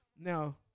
Now